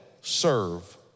serve